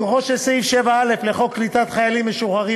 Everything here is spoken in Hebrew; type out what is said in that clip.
מכוחו של סעיף 7א לחוק קליטת חיילים משוחררים,